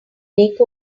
make